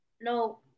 no